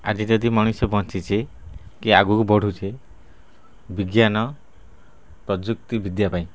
ଆଜି ଯଦି ମଣିଷ ବଞ୍ଚିଛି କି ଆଗକୁ ବଢୁଛି ବିଜ୍ଞାନ ପ୍ରଯୁକ୍ତିବିଦ୍ୟା ପାଇଁ